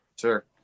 Sure